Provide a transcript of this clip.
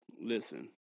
Listen